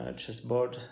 chessboard